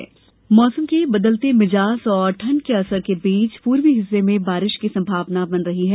मौसम मौसम के बदलते मिजाज और ठंड के असर के बीच पूर्वी हिस्से में बारिश की संभावना बन रही है